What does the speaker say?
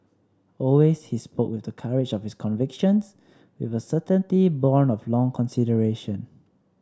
always he spoke with the courage of his convictions with a certainty born of long consideration